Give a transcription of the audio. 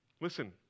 Listen